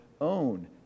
own